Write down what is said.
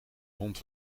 hond